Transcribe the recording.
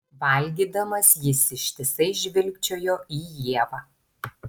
valgydamas jis ištisai žvilgčiojo į ievą